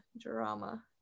drama